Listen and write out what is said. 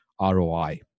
ROI